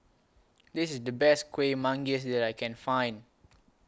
This IS The Best Kueh Manggis that I Can Find